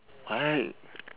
right